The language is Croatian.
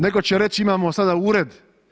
Netko će reći imamo sada ured.